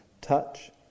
touch